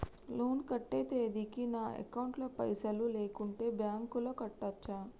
Loan కట్టే తేదీకి నా అకౌంట్ లో పైసలు లేకుంటే బ్యాంకులో కట్టచ్చా?